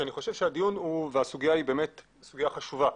כי אני חושב שהדיון והסוגיה היא באמת סוגיה חשובה.